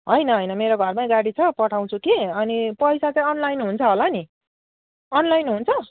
होइन होइन मेरो घरमै गाडी छ पठाउँछु कि अनि पैसा चाहिँ अनलाइन हुन्छ होला नि अनलाइन हुन्छ